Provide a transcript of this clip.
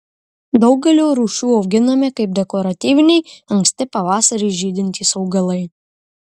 daugelio rūšių auginami kaip dekoratyviniai anksti pavasarį žydintys augalai